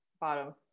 bottom